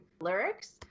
lyrics